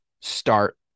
start